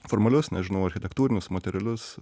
formalius nežinau architektūrinius materialius